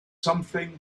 something